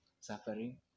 suffering